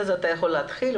אתה יכול להתחיל,